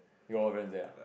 you all rent there ah